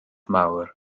mawr